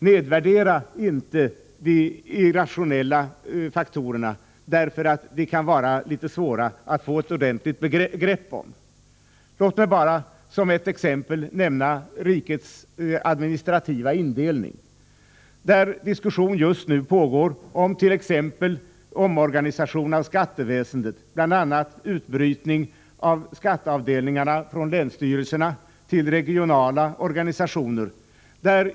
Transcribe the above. Nedvärdera inte de irrationella faktorerna bara därför att de kan vara litet svåra att få ordentligt grepp om. Låt mig bara som ett exempel nämna rikets administrativa indelning, där diskussion just nu pågår om t.ex. omorganisation av skatteväsendet. Bl. a. diskuteras utbrytning av skatteavdelningarna från länsstyrelserna till regionala organisationer.